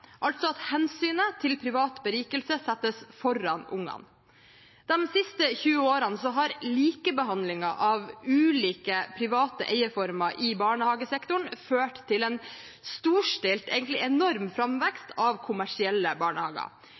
altså at hensynet til privat berikelse settes foran ungene. De siste 20 årene har likebehandlingen av ulike private eierformer i barnehagesektoren ført til en enorm framvekst av kommersielle barnehager.